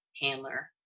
handler